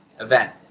event